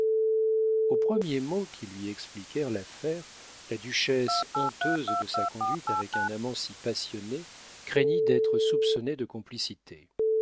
aux premiers mots qui lui expliquèrent l'affaire la duchesse honteuse de sa conduite avec un amant si passionné craignit d'être soupçonnée de complicité